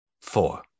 four